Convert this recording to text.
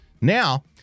Now